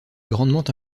grandement